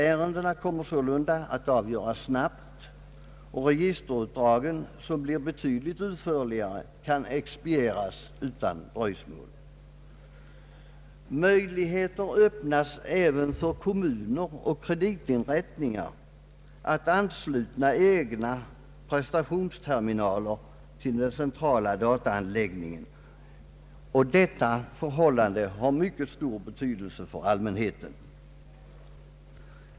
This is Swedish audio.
Ärendena kommer sålunda att avgöras snabbt, och registerutdragen, som blir betydligt utförligare, kan expedieras utan dröjsmål. Möjligheter öppnas även för kommuner och kreditinrättningar att ansluta egna presentationsterminaler till den centrala dataanläggningen. Detta förhållande har mycket stor betydelse för allmänheten.